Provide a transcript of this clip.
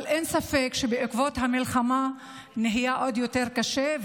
אבל אין ספק שבעקבות המלחמה נהיה עוד יותר קשה.